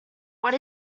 what